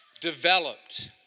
developed